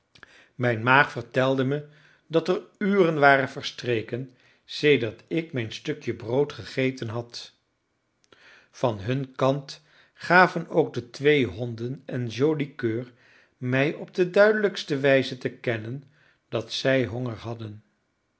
mijn maag vertelde me dat er uren waren verstreken sedert ik mijn stukje brood gegeten had van hun kant gaven ook de twee honden en joli coeur mij op de duidelijkste wijze te kennen dat zij honger hadden